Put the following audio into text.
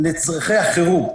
לצרכי החירום.